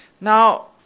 Now